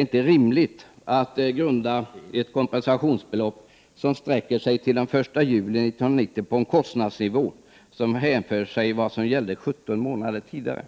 inte är rimligt att grunda ett kompensationsbelopp, som sträcker sig fram till den 1 juli 1990, på en kostnadsnivå som hänför sig till vad som gällde 17 månader tidigare.